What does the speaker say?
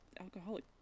alcoholic